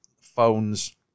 phones